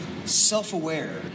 Self-aware